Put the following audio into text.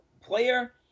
player